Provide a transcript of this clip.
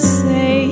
say